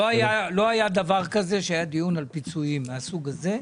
לא היה דיון על פיצויים מהסוג הזה,